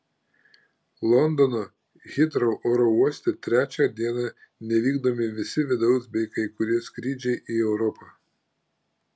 londono hitrou oro uoste trečią dieną nevykdomi visi vidaus bei kai kurie skrydžiai į europą